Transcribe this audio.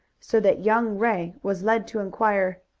so that young ray was led to inquire,